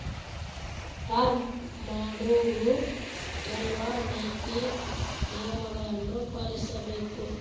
farm ಮಾಡೊವ್ರು ಕೆಲ್ವ ನೇತಿ ನಿಯಮಗಳನ್ನು ಪಾಲಿಸಬೇಕ